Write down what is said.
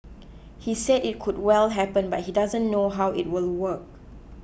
he said it could well happen but he doesn't know how it will work